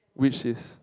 which is